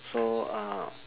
so um